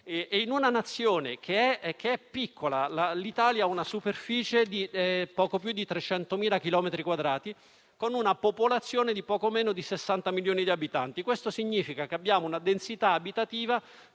in una Nazione piccola (l'Italia ha una superficie di poco più di 300.000 chilometri quadrati), con una popolazione di poco meno di 60 milioni di abitanti. Questo significa che abbiamo una densità abitativa